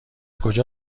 کجا